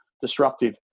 disruptive